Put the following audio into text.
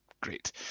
great